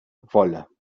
wolle